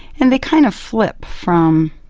and they kind of flip from,